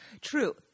True